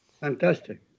Fantastic